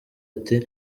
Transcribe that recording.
ati